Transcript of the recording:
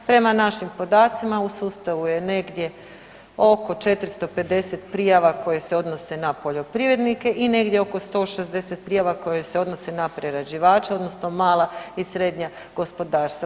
Prema našim podacima u sustavu je negdje oko 450 prijava koje se odnose na poljoprivrednike i negdje oko 160 prijava koje se odnose na prerađivače odnosno mala i srednja gospodarstva.